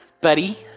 buddy